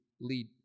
lead